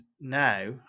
now